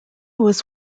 was